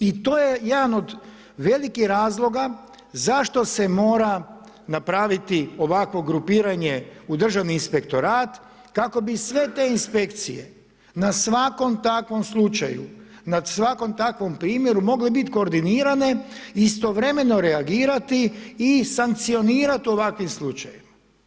I to je jedan od velikih razloga zašto se mora napraviti ovakvo grupiranje u državni inspektorat kako bi sve te inspekcije na svakom takvom slučaju, nad svakom takvom primjeru, mogle biti koordinirate i istovremeno reagirati i sankcionirati u ovakvim slučajevima.